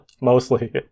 Mostly